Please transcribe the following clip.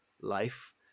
life